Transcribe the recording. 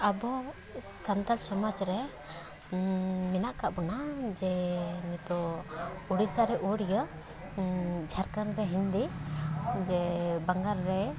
ᱟᱵᱚ ᱥᱟᱱᱛᱟᱞ ᱥᱚᱢᱟᱡᱽ ᱨᱮ ᱢᱮᱱᱟᱜ ᱠᱟᱜ ᱵᱚᱱᱟ ᱡᱮ ᱱᱤᱛᱚᱜ ᱩᱲᱤᱥᱥᱟ ᱨᱮ ᱩᱲᱤᱭᱟ ᱡᱷᱟᱲᱠᱷᱚᱸᱰ ᱨᱮ ᱦᱤᱱᱫᱤ ᱡᱮ ᱵᱟᱝᱜᱟᱞ ᱨᱮ